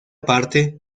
parte